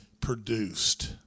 produced